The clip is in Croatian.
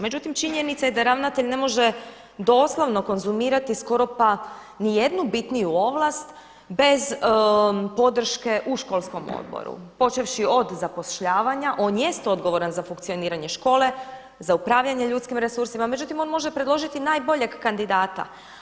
Međutim, činjenica je da ravnatelj ne može doslovno konzumirati skoro pa nijednu bitniju ovlast bez podrške u školskom odboru počevši od zapošljavanja, on jest odgovoran za funkcioniranje škole, za upravljanje ljudskim resursima međutim on može predložiti najboljeg kandidata.